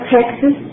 Texas